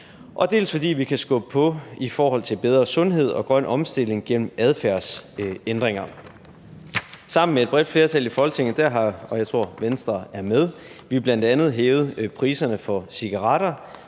dels fordi vi kan skubbe på i forhold til bedre sundhed og grøn omstilling gennem adfærdsændringer. Sammen med et bredt flertal i Folketinget – og jeg tror, at Venstre er med